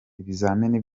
ibizamini